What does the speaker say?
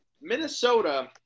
Minnesota